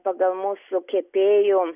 pagal mūsų kepėjų